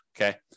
okay